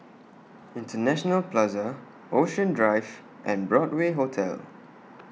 International Plaza Ocean Drive and Broadway Hotel